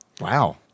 Wow